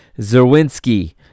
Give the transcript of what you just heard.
Zerwinski